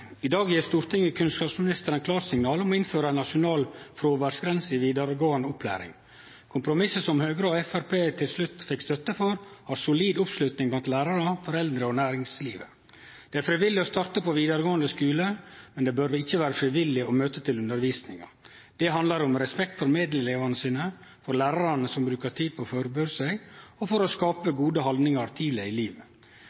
I dag gjev Stortinget kunnskapsministeren klarsignal til å innføre ei nasjonal fråværsgrense i vidaregåande opplæring. Kompromisset som Høgre og Framstegspartiet til slutt fekk støtte for, har solid oppslutning blant lærarar, foreldre og næringslivet. Det er frivillig å starte på vidaregåande skule, men det bør ikkje vere frivillig å møte til undervisninga. Det handlar om respekt for medelevane sine, for lærarane som brukar tid på å førebu seg, og å skape